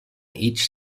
each